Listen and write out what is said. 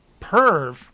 Perv